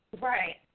Right